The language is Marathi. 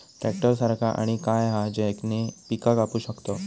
ट्रॅक्टर सारखा आणि काय हा ज्याने पीका कापू शकताव?